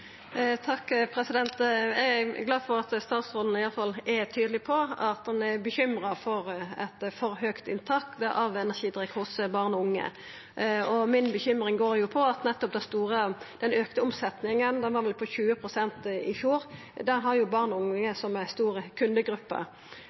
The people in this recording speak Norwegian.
alle fall er tydeleg på at ein er bekymra for eit for høgt inntak av energidrikk blant barn og unge. Mi bekymring går nettopp på den auka omsetjinga, ho var vel på 20 pst. i fjor, der barn og unge